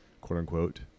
quote-unquote